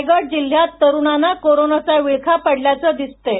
रायगड जिल्हयात तरूणांना कोरोनाचा विळखा पडल्याचे दिसते आहे